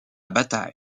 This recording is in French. bataille